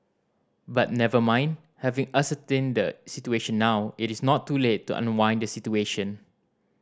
but never mind having ascertained the situation now it is not too late to unwind the situation